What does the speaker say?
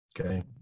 Okay